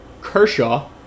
Kershaw